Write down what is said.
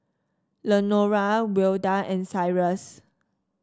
Lenora Wilda and Cyrus